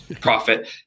profit